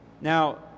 Now